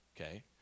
Okay